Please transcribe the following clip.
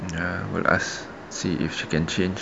ya will ask see if she can change